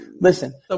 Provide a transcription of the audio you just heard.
Listen